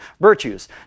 virtues